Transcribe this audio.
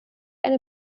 eine